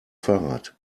fahrrad